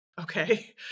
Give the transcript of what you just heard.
Okay